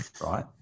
Right